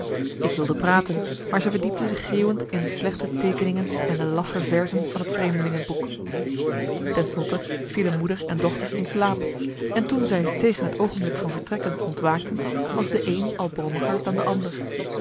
ik wilde praten maar zij verdiepte zich geeuwend in de slechte teekeningen en de laffe verzen van het vreemdelingenboek ten slotte vielen moeder en marcellus emants een nagelaten bekentenis dochter in slaap en toen zij tegen het oogenblik van vertrekken ontwaakten was de een al brommiger dan de ander